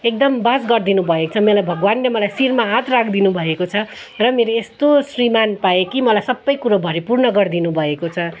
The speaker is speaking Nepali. एकदम बास गर्दिनु भएको छ मलाई भगवान्ले शिरमा हात राख्दिनु भएको छ र मेरो यस्तो श्रीमान् पाएँ कि मलाई सबै कुरो भरिपूर्ण गर्दिनु भएको छ